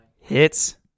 Hits